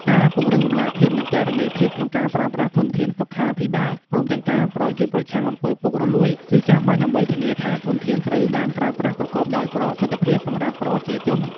ការពង្រឹងតម្លាភាព និងគណនេយ្យភាពក្នុងការប្រើប្រាស់ធនធានសុខាភិបាល ព្រមទាំងការប្រយុទ្ធប្រឆាំងអំពើពុករលួយ គឺចាំបាច់ដើម្បីធានាថាធនធានត្រូវបានប្រើប្រាស់ប្រកបដោយប្រសិទ្ធភាពសម្រាប់ប្រជាជន។